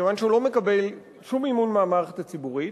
כיוון שהוא לא מקבל שום מימון מהמערכת הציבורית,